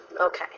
Okay